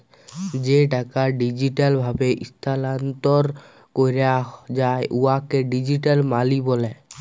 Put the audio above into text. যে টাকা ডিজিটাল ভাবে ইস্থালাল্তর ক্যরা যায় উয়াকে ডিজিটাল মালি ব্যলে